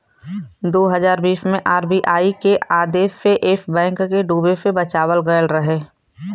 दू हज़ार बीस मे आर.बी.आई के आदेश से येस बैंक के डूबे से बचावल गएल रहे